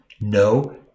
No